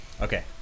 Okay